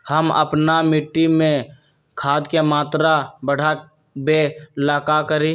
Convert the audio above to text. हम अपना मिट्टी में खाद के मात्रा बढ़ा वे ला का करी?